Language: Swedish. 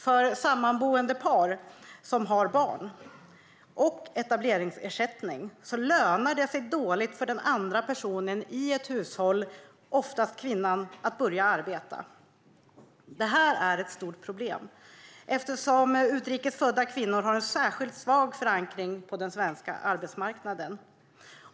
För sammanboende par som har barn och etableringsersättning lönar det sig dåligt för den andra personen i ett hushåll, oftast kvinnan, att börja arbeta. Detta är ett stort problem eftersom utrikes födda kvinnor har en särskilt svag förankring på den svenska arbetsmarknaden.